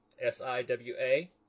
S-I-W-A